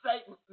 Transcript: Satan